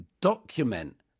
document